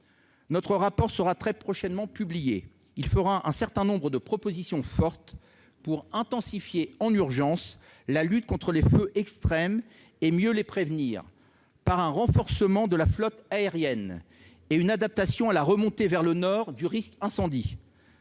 contribue, sera très prochainement publié. Il contiendra un certain nombre de propositions fortes pour intensifier, en urgence, la lutte contre les feux extrêmes et mieux les prévenir. Cela passe par le renforcement de notre flotte aérienne, l'adaptation à la remontée vers le nord du risque d'incendie,